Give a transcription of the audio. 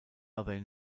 are